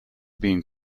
being